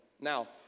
Now